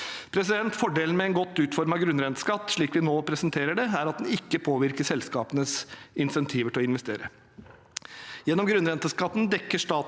Fordelen med en godt utformet grunnrenteskatt, slik vi nå presenterer det, er at den ikke påvirker selskapenes insentiver til å investere. Gjennom grunnrenteskatten dekker staten